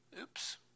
Oops